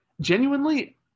genuinely